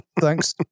Thanks